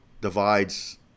divides